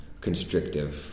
constrictive